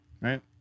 right